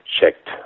checked